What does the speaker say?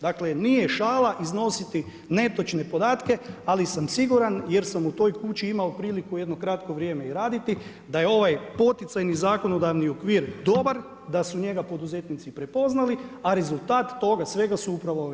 Dakle nije šala iznositi netočne podatke, ali sam siguran jer sam u toj kući imao priliku jedno kratko vrijeme i raditi, da je ovaj poticajni zakonodavni okvir dobar, da su njega poduzetnici prepoznali, a rezultat toga svega su upravo ove brojke.